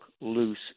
loose